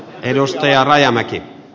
herra puhemies